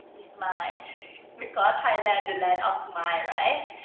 we smile because thailand the land of smile, right?